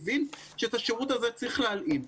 הבין שאת השירות הזה צריך להלאים,